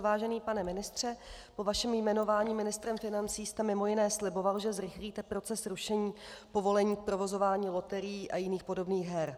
Vážený pane ministře, po vašem jmenování ministrem financí jste mimo jiné sliboval, že zrychlíte proces rušení povolení k provozování loterií a jiných podobných her.